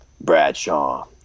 Bradshaw